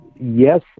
yes